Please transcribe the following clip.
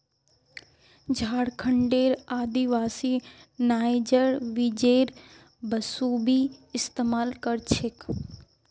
झारखंडेर आदिवासी नाइजर बीजेर बखूबी इस्तमाल कर छेक